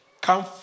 come